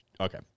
okay